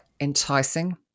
enticing